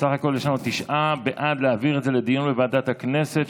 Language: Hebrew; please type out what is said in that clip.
בסך הכול יש לנו תשעה בעד להעביר את זה לדיון בוועדת הכנסת,